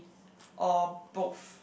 or both